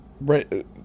right